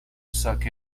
suck